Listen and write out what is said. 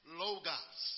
logos